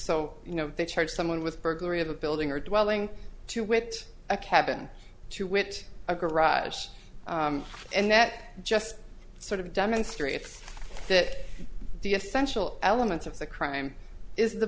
so you know they charge someone with burglary of a building or dwelling to wit a cabin to wit a garage and that just sort of demonstrates that the essential elements of the crime is the